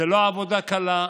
זו לא עבודה קלה,